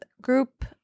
group